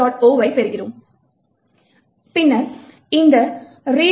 o ஐப் பெறுகிறோம் பின்னர் இந்த readelf H hello